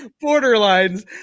Borderline's